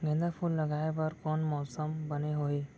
गेंदा फूल लगाए बर कोन मौसम बने होही?